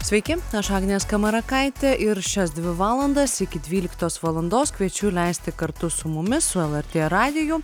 sveiki aš agnė skamarakaitė ir šias dvi valandas iki dvyliktos valandos kviečiu leisti kartu su mumis su lrt radiju